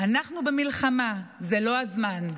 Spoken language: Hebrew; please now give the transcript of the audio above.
אנחנו במלחמה, זה לא הזמן.